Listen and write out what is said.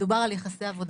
מדובר על יחסי עבודה.